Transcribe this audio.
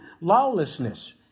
lawlessness